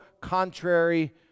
contrary